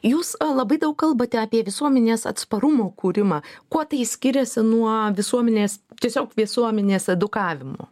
jūs labai daug kalbate apie visuomenės atsparumo kūrimą kuo tai skiriasi nuo visuomenės tiesiog visuomenės edukavimo